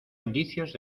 indicios